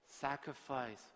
sacrifice